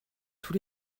tous